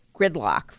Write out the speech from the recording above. gridlock